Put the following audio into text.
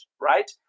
right